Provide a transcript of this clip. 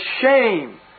shame